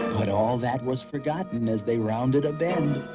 but, all that was forgotten as they rounded a bend.